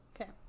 Okay